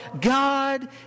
God